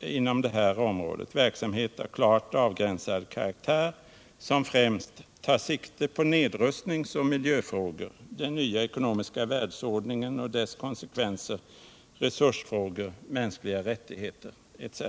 inom det här området — verksamhet av klart avgränsad karaktär, som främst tar sikte på nedrustningsoch miljöfrågor, den nya ekonomiska världsordningen och dess konsekvenser, resursfrågor, mänskliga rättigheter etc.